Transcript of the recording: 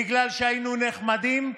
בגלל שהיינו נחמדים,